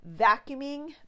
vacuuming